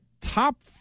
top